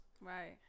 Right